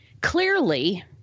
clearly